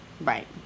Right